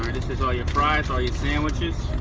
this is all your fries, all your sandwiches.